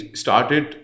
started